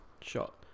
shot